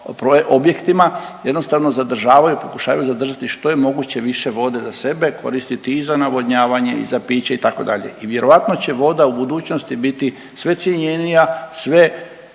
objektima jednostavno zadržavaju, pokušavaju zadržati što je moguće više vode za sebe koristiti i za navodnjavanje i za piće itd. i vjerojatno će voda u budućnosti biti sve cjenjenija, sve